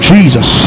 Jesus